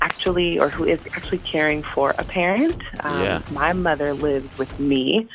actually or who is actually caring for a parent yeah my mother lives with me.